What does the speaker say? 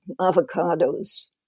avocados